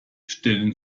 stellen